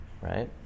right